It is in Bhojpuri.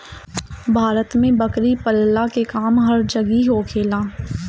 भारत में बकरी पलला के काम हर जगही होखेला